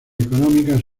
económicas